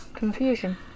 Confusion